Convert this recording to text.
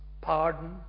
pardon